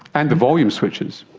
and the volume switches.